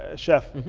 ah chef,